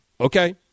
okay